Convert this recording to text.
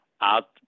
out